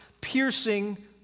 piercing